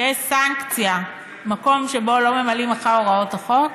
שתהיה סנקציה במקום שבו לא ממלאים אחר הוראות החוק,